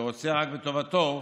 שרוצה רק בטובתו,